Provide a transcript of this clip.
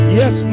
yes